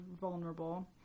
vulnerable